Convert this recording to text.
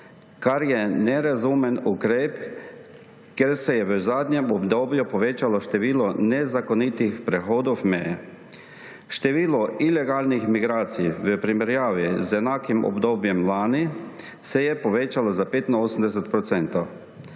kar je nerazumen ukrep, ker se je v zadnjem obdobju povečalo število nezakonitih prehodov meje. Število ilegalnih migracij v primerjavi z enakim obdobjem lani se je povečalo za 85 %.